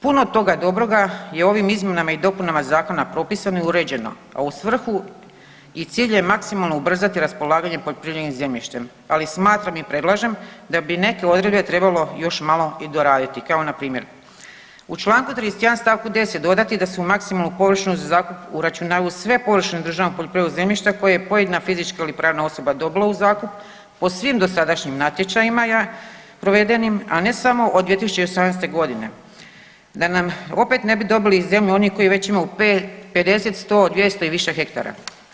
Puno toga dobroga je ovim izmjenama i dopunama zakona propisano i uređeno, a u svrhu i cilj je maksimalno ubrzati raspolaganje poljoprivrednim zemljištem, ali smatram i predlažem da bi neke odredbe trebalo još malo i doraditi kao npr. u čl. 31. st. 10. dodati da se u maksimalno … [[Govornik se ne razumije]] za zakup uračunaju sve površine državnog poljoprivrednog zemljišta koje je pojedina fizička ili pravna osoba dobila u zakup po svim dosadašnjim natječajima provedenim, a ne samo od 2018.g., da nam opet ne bi dobili zemlju koji već imaju 50, 100 i više hektara.